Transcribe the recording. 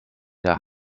der